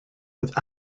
with